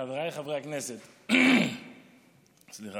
חבריי חברי הכנסת, אנחנו